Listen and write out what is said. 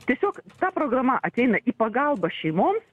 tiesiog ta programa ateina į pagalbą šeimoms